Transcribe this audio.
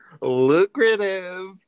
lucrative